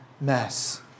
mess